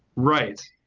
right.